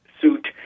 suit